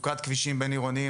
תחזוקת כבישים בין עירוניים,